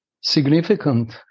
significant